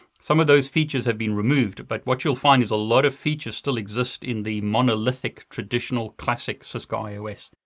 some of those features have been removed, but what you'll find is a lot of features still exist in the monolithic, traditional, classic cisco ios.